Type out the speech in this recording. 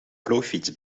plooifiets